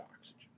oxygen